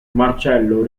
marcello